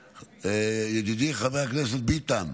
ידידי חבר הכנסת ביטן,